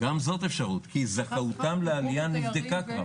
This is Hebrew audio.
כי זכאותם לעליה נבדקה כבר.